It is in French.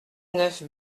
neuf